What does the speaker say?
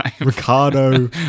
Ricardo